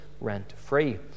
rent-free